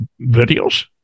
videos